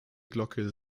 glocke